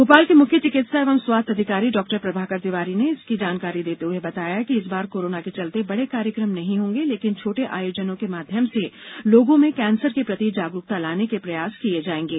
भोपाल के मुख्य चिकित्सा एवं स्वास्थ्य अधिकारी डॉ प्रभाकर तिवारी ने इसकी जानकारी देते हुए बताया कि इस बार कोरोना के चलते बड़े कार्यक्रम नहीं होंगे लेकिन छोटे आयोजनों के माध्यम से लोगों में कैंसर के प्रति जागरुकता लाने के प्रयास किए जाएंगे